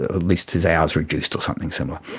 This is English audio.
ah at least his hours reduced or something similar.